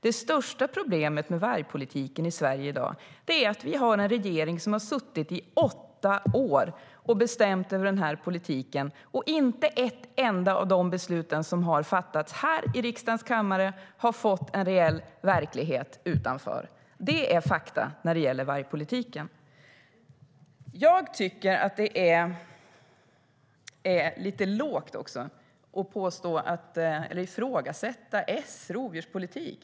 Det största problemet med vargpolitiken i Sverige i dag är att vi har en regering som har suttit i åtta år och bestämt över den här politiken men inte ett enda av de beslut som har fattats här i riksdagens kammare har blivit reell verklighet utanför. Det är fakta när det gäller vargpolitiken. Jag tycker att det är lite lågt att ifrågasätta S rovdjurspolitik.